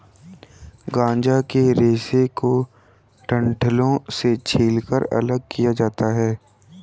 गांजा के रेशे को डंठलों से छीलकर अलग किया जाता है